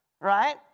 right